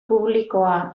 publikoa